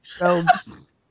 robes